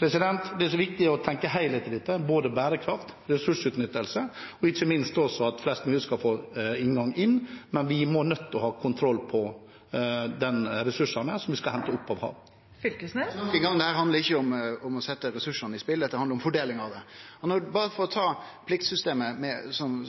Det er viktig å tenke helhet i dette – både bærekraft, ressursutnyttelse og ikke minst at flest mulig skal få en inngang inn. Men vi er nødt til å ha kontroll på de ressursene som vi skal hente opp av havet. Torgeir Knag Fylkesnes – til oppfølgingsspørsmål. Nok ein gong: Dette handlar ikkje om å setje ressursane i spill; dette handlar om fordelinga av dei. Berre for å ta pliktsystemet